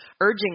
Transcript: urging